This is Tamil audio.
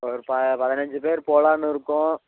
ஒரு பதினஞ்சி பேர் போகலான்னு இருக்கோம்